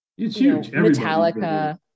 Metallica